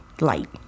light